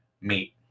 meet